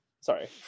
Sorry